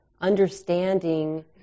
understanding